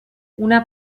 una